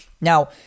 Now